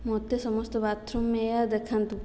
ମୋତେ ସମସ୍ତ bathroom ware ଦେଖାନ୍ତୁ